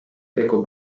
tegu